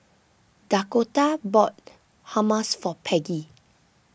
Dakotah bought Hummus for Peggy